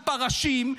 הפרשים,